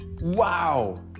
Wow